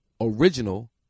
original